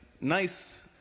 nice